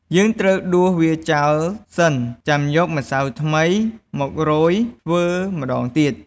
យើងត្រូវដួសវាចោលសិន ចាំយកម្សៅថ្មីមករោយធ្វើម្តងទៀត។